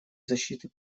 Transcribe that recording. защиты